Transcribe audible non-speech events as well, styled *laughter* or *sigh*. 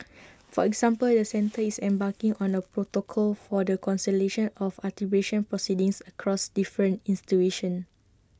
*noise* for example the centre is embarking on A protocol for the consolation of arbitration proceedings across different ins tuition